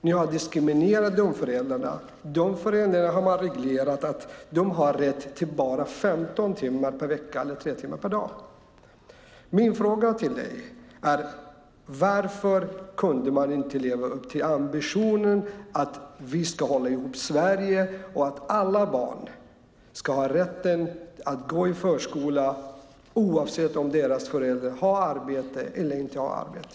Ni har diskriminerat de föräldrarna. För de föräldrarna är det reglerat att de har rätt till bara 15 timmar per vecka eller 3 timmar per dag. Min fråga till dig är: Varför kunde ni inte leva upp till ambitionen att vi ska hålla ihop Sverige och att alla barn ska ha rätten att gå i förskola, oavsett om deras föräldrar har arbete eller inte har arbete?